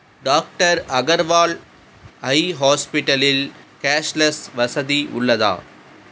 doctor Agarwal eye ஹாஸ்பிட்டலில் cashless வசதி உள்ளதா